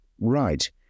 right